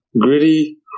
Gritty